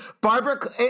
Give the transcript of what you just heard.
Barbara